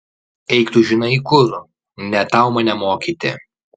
eik tu žinai kur ne tau mane mokyti